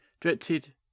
directed